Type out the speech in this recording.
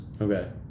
okay